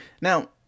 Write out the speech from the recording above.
Now